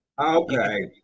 okay